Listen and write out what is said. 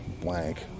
blank